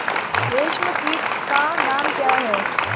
रेशम कीट का नाम क्या है?